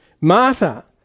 Martha